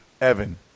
Evan